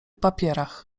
papierach